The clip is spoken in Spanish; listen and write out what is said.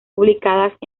publicadas